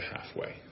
halfway